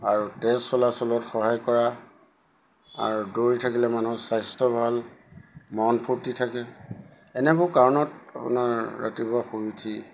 আৰু তেজ চলাচলত সহায় কৰা আৰু দৌৰি থাকিলে মানুহৰ স্বাস্থ্য ভাল মন ফূৰ্তি থাকে এনেবোৰ কাৰণত আপোনাৰ ৰাতিপুৱা শুই উঠি